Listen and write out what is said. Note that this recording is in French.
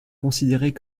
considérés